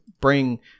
bring